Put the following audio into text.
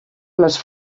les